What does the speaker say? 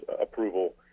approval